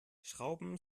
schrauben